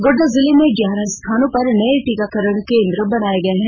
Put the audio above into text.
गोड्डा जिले में ग्यारह स्थानों पर नए टीकाकरण केंद्र बनाए गए हैं